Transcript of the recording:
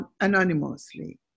anonymously